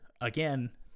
again